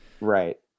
Right